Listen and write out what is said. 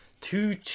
Two